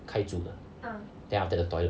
开住的 then after the toilet